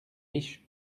riches